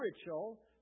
spiritual